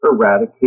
eradicate